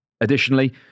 Additionally